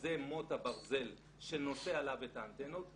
שזה מוט הברזל שנושא עליו את האנטנות,